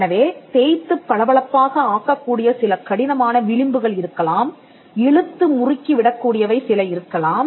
எனவே தேய்த்துப் பளபளப்பாக ஆக்கக்கூடிய சில கடினமான விளிம்புகள் இருக்கலாம் இழுத்து முறுக்கி விடக்கூடியவை சில இருக்கலாம்